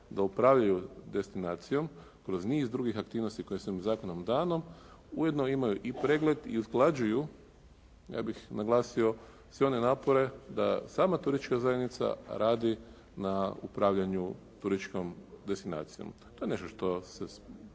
da upravljaju destinacijom kroz niz drugih aktivnosti koje su zakonom dane ujedno imaju i pregled i usklađuju ja bih naglasio sve one napore da sama turistička zajednica radi na upravljanju turističkom destinacijom. To je nešto što mislimo